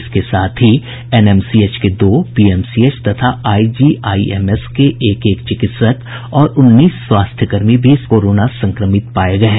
इसके साथ ही एनएमसीएच के दो पीएमसीएच तथा आईजीआईएम के एक एक चिकित्सक और उन्नीस स्वास्थ्य कर्मी भी कोरोना संक्रमित पाये गये हैं